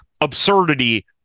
absurdity